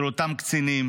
של אותם קצינים.